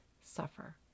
suffer